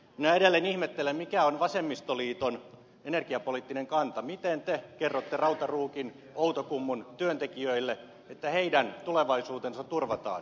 minä edelleen ihmettelen mikä on vasemmistoliiton energiapoliittinen kanta miten te kerrotte rautaruukin outokummun työntekijöille että heidän tulevaisuutensa turvataan